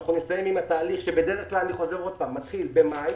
שאנחנו נסיים עם התהליך - שבדרך כלל מתחיל במאי